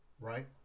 Right